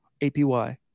APY